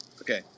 Okay